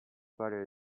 butter